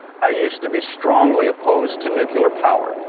i used to be strongly opposed to nuclear power.